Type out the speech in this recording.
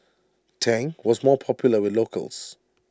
Tang was more popular with locals